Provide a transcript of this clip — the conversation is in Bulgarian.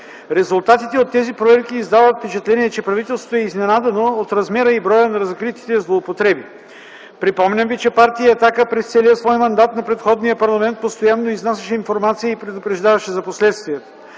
Резултатите от тези проверки дават впечатление, че правителството е изненадано от размера и броя на разкритите злоупотреби. Припомням ви, че Партия „Атака” през целия свой мандат в предходния парламент постоянно изнасяше информация и предупреждаваше за последствията,